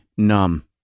numb